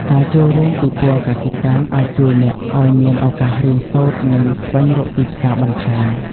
ការចូលរួមពិព័រណ៍កសិកម្មអាចជួយអ្នកឲ្យមានឱកាសរៀនសូត្រនិងស្វែងរកទីផ្សារបន្ថែម។